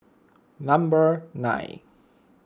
number nine